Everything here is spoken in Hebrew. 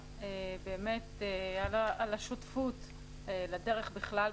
תודה רבה על השותפות לדרך בכלל,